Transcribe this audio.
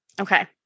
Okay